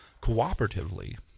cooperatively